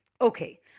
Okay